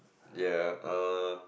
ya err